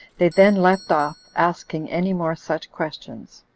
they then left off asking any more such questions.